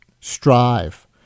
strive